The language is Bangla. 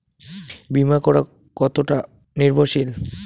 বীমা করা কতোটা নির্ভরশীল?